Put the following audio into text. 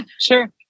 sure